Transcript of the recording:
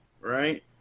right